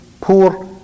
poor